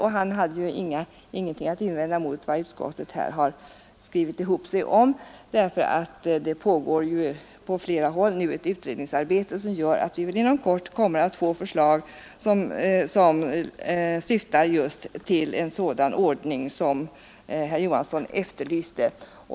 Han hade inget att invända emot vad utskottet här skrivit ihop sig om. Det pågår nu på flera håll utredningsarbete som gör att vi väl inom kort kommer att få ett förslag, som syftar just till en sådan ordning som herr Johansson efterlyste.